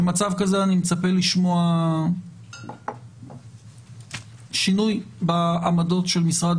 במצב כזה אני מצפה לשמוע שינוי בעמדות של משרד